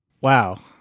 wow